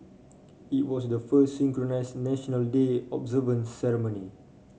it was the first synchronise National Day observance ceremony